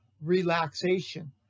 relaxation